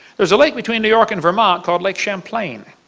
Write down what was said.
there's a lake between new york and vermont called lake champlain.